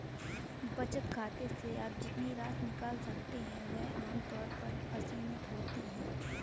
बचत खाते से आप जितनी राशि निकाल सकते हैं वह आम तौर पर असीमित होती है